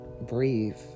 breathe